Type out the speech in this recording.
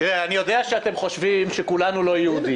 אני יודע שאתם חושבים שכולנו לא יהודים,